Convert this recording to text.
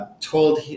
told